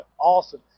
Awesome